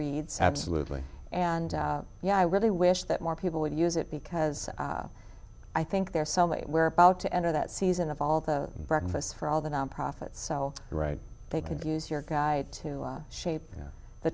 reads absolutely and yeah i really wish that more people would use it because i think they're some way we're about to enter that season of all the breakfasts for all the nonprofits so right they could use your guide to shape the